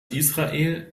israel